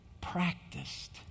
practiced